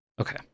okay